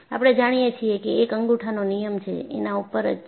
આપણે જાણીએ છીએ કે એક અંગૂઠાનો નિયમ છે એના ઉપર જ છે